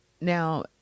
now